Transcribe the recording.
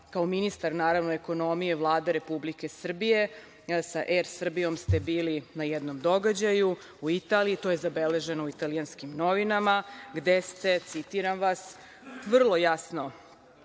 kao ministar ekonomije Vlade Republike Srbije, sa Er Srbijom ste vili na jednom događaju u Italiji. To je zabeleženo u italijanskim novinama, gde ste, citiram vas, vrlo jasno